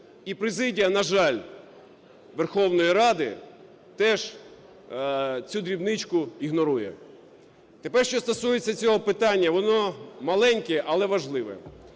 І президія, на жаль, Верховної Ради теж цю дрібничку ігнорує. Тепер, що стосується цього питання, воно маленьке, але важливе.